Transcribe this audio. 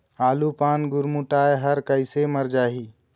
आलू पान गुरमुटाए हर कइसे मर जाही?